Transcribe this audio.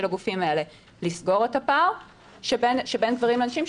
הגופים האלה לסגור את הפער בין גברים לנשים,